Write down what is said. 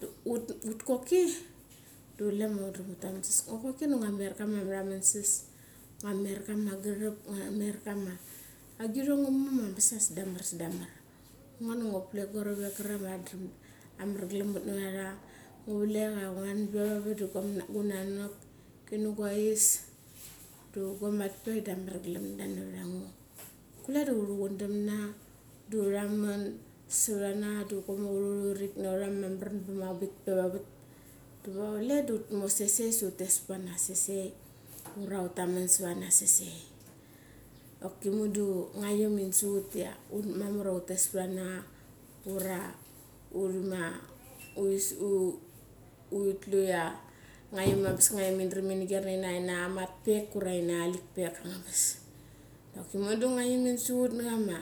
da ut choki da chule ma undram u taman sas. Ngua mer kama meraman sas. Ngo mer kama gerep, ngoa mer kama aguang iron nga mo ma angabas i sdamar, sdamar. Ngo du ngu vlek guna ruravek krare ma tha daram aram galan ut nava ra ra. Ngu vlek ia ngnan ve vavat da gunanak kini guais, da guamat vek da amar galemda navat ango. Kule da uruchun dam na da ura man savat ana, da uri rik naura ma meraman arang bik ve wa vat. Mo sesei sa utes varana sesie. Aura ura utamani saret ara sesei. Oki mundu in man sa ut, ia mamar ia utes vrana ura tlu ia ngaiom angabas ini guer nani ina anga matrek ura ina nga lik pek angabes. Doki mudu nga iom in suchut na chama.